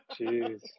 Jeez